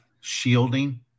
shielding